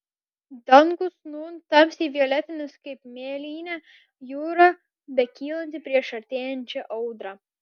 dangus nūn tamsiai violetinis kaip mėlynė jūra bekylanti prieš artėjančią audrą